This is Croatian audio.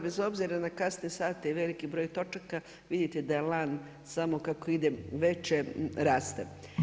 Bez obzira na kasne sate i veliki broj točaka, vidite da je elan samo kako ide veče raste.